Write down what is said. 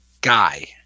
guy